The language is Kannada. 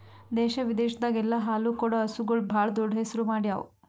ದೇಶ ವಿದೇಶದಾಗ್ ಎಲ್ಲ ಹಾಲು ಕೊಡೋ ಹಸುಗೂಳ್ ಭಾಳ್ ದೊಡ್ಡ್ ಹೆಸರು ಮಾಡ್ಯಾವು